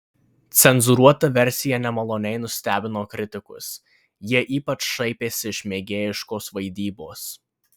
cenzūruota versija nemaloniai nustebino kritikus jie ypač šaipėsi iš mėgėjiškos vaidybos